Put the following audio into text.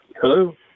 hello